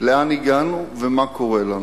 לאן הגענו ומה קורה לנו.